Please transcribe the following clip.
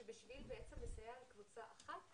שבשביל לסייע לקבוצה אחת,